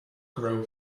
grow